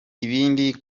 ibindi